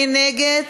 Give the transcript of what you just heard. מי נגד?